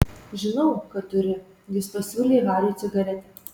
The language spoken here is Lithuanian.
žinau kad turi jis pasiūlė hariui cigaretę